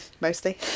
mostly